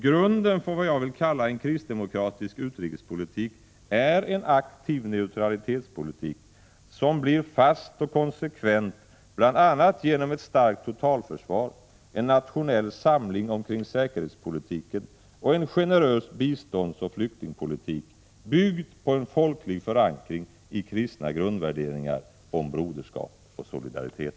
Grunden för vad jag vill kalla en kristdemokratisk utrikespolitik är en aktiv neutralitetspolitik, som blir fast och konsekvent bl.a. genom ett starkt totalförsvar, en nationell samling omkring säkerhetspolitiken och en generös biståndsoch flyktingspolitik, byggd på en folklig förankring i kristna grundvärderingar om broderskap och solidaritet.